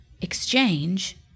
exchange